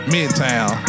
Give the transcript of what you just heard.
Midtown